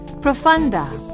profunda